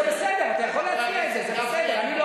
זה בסדר, אתה יכול להציע את זה, זה בסדר, אני לא